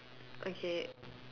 okay